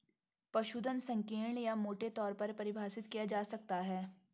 पशुधन संकीर्ण या मोटे तौर पर परिभाषित किया जा सकता है